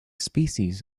species